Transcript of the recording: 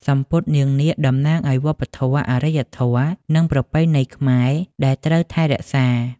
សំពត់នាងនាគតំណាងឲ្យវប្បធម៌ អរិយធម៌ និងប្រពៃណីខ្មែរដែលត្រូវថែរក្សា។